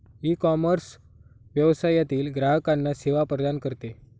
ecommerce व्यवसायातील ग्राहकांना सेवा प्रदान करते